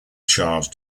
charge